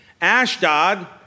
Ashdod